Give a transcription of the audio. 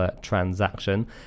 transaction